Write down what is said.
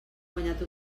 guanyat